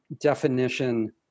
definition